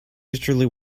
easterly